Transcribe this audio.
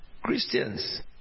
Christians